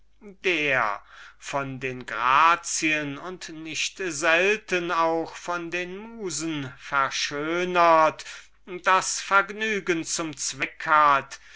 der von den grazien und nicht selten auch von den musen verschönert das vergnügen zum zweck hat